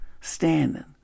Standing